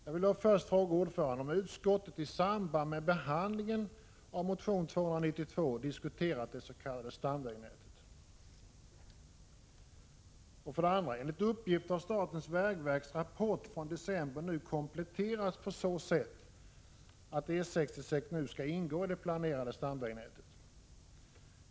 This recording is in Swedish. Jag vill för det första fråga ordföranden om utskottet i samband med behandlingen av motion T292 har diskuterat det s.k. stamvägnätet. För det andra har statens vägverks rapport från december enligt uppgift nu kompletterats på så sätt att E 66 skall ingå i det planerade stamvägnätet.